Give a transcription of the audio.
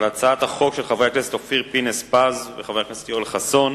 על הצעות החוק של חברי הכנסת אופיר פינס-פז וחבר הכנסת יואל חסון.